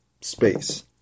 space